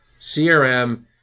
CRM